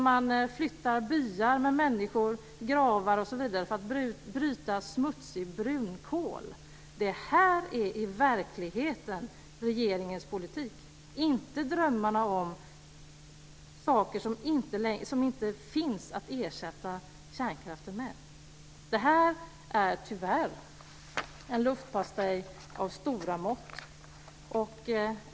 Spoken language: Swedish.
Man flyttar byar med människor, gravar, osv. för att bryta smutsig brunkol. Det är i verkligheten regeringens politik, inte drömmarna om saker som inte finns att ersätta kärnkraften med. Detta är tyvärr en luftpastej av stora mått.